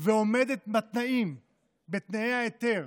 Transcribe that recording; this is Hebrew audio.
ועומדת בתנאי ההיתר